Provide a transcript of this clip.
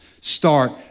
start